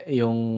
yung